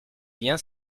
bien